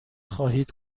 خواهید